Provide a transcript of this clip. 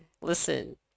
Listen